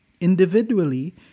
Individually